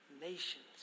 nations